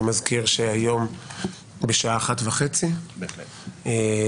אני מזכיר שהיום בשעה 13:30 יתקיים